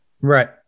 Right